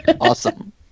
Awesome